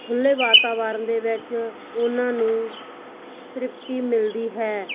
ਖੁੱਲ੍ਹੇ ਵਾਤਾਵਰਨ ਦੇ ਵਿੱਚ ਉਹਨਾਂ ਨੂੰ ਤ੍ਰਿਪਤੀ ਮਿਲਦੀ ਹੈ